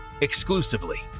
Exclusively